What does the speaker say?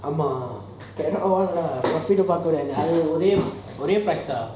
!wah! cannot one lah profit பாக்க முடியாது அது ஒரேய ஒரேய:paaka mudiyathu athu orey orey price eh